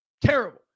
terrible